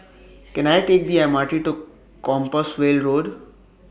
Can I Take The M R T to Compassvale Road